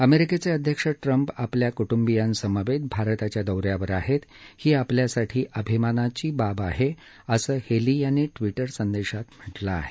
अमेरिकेचे अध्यक्ष ट्रम्प आपल्या क्टुंबियासमवेत भारताच्या दौ यावर आहेत ही आपल्यासाठी अभिमानास्पद बाब आहे असं हेली यांनी ट्विटर संदेशात म्हटलं आहे